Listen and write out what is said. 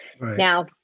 Now